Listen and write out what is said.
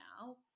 now